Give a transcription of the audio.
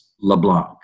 LeBlanc